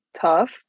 tough